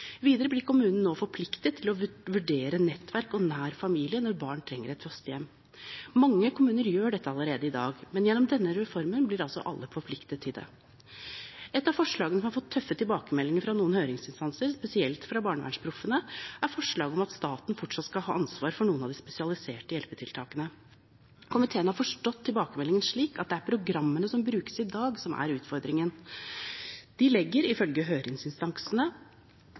Videre blir kommunen nå forpliktet til å vurdere nettverk og nær familie når barn trenger et fosterhjem. Mange kommuner gjør dette allerede i dag, men gjennom denne reformen blir altså alle forpliktet til det. Et av forslagene som har fått tøffe tilbakemeldinger fra noen høringsinstanser, spesielt fra BarnevernsProffene, er forslaget om at staten fortsatt skal ha ansvar for noen av de spesialiserte hjelpetiltakene. Komiteen har forstått tilbakemeldingen slik at det er programmene som brukes i dag, som er utfordringen. De legger, ifølge høringsinstansene,